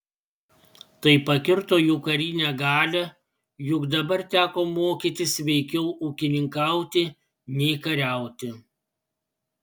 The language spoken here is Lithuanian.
tai pakirto jų karinę galią juk dabar teko mokytis veikiau ūkininkauti nei kariauti